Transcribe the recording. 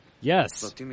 Yes